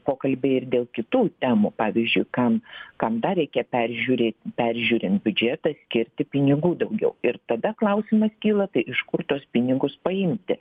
pokalbiai ir dėl kitų temų pavyzdžiui kam kam dar reikia peržiūrėt peržiūrim biudžetą skirti pinigų daugiau ir tada klausimas kyla tai iš kur tuos pinigus paimti